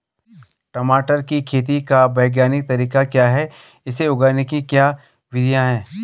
टमाटर की खेती का वैज्ञानिक तरीका क्या है इसे उगाने की क्या विधियाँ हैं?